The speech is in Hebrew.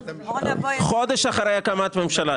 חודש אחרי הקמת הממשלה.